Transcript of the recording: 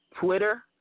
Twitter